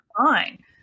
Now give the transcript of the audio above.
fine